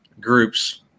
groups